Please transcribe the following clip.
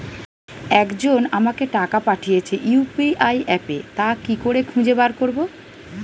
একজন আমাকে টাকা পাঠিয়েছে ইউ.পি.আই অ্যাপে তা কি করে খুঁজে বার করব?